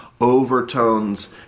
overtones